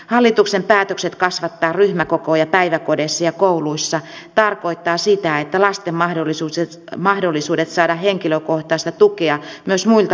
hallituksen päätökset kasvattaa ryhmäkokoja päiväkodeissa ja kouluissa tarkoittaa sitä että lasten mahdollisuudet saada henkilökohtaista tukea myös muilta aikuisilta heikkenevät